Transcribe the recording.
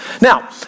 Now